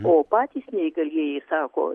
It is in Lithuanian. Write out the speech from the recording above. o patys neįgalieji sako